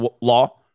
law